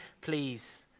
please